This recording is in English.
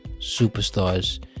superstars